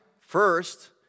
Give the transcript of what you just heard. First